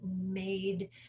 made